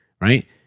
right